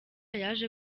yaje